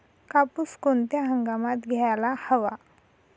कापूस कोणत्या हंगामात घ्यायला हवा?